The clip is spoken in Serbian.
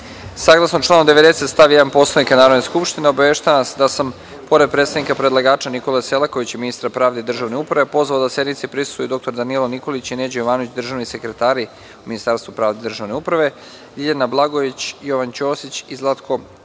Papuga. Saglasno članu 90. stav 1. Poslovnika Narodne skupštine, obaveštavam vas da sam, pored predstavnika predlagača Nikole Selakovića, ministra pravde i državne uprave, pozvao da sednici prisustvuju i: dr Danilo Nikolić i Neđo Jovanović, državni sekretari u Ministarstvu pravde i državne uprave, Ljiljana Blagojević, Jovan Ćosić i Zlatko Petrović,